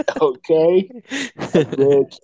Okay